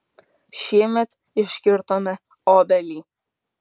šiemet iškirtome obelį